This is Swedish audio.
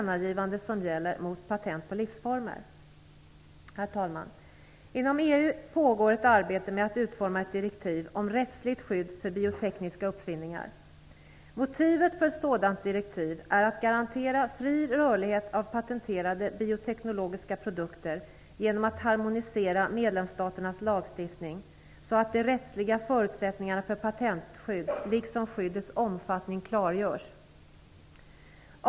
Herr talman! Inom EU pågår ett arbete med att utforma ett direktiv om rättsligt skydd för biotekniska uppfinningar. Motivet för ett sådant direktiv är att garantera fri rörlighet av patenterade bioteknologiska produkter genom att harmonisera medlemsstaternas lagstiftning så att de rättsliga förutsättningarna för patentskydd liksom skyddets omfattning klargörs.